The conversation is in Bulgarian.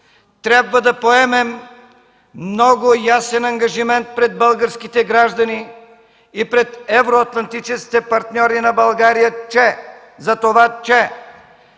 трябва да поемем много ясен ангажимент пред българските граждани и пред евроатлантическите партньори на България за това, че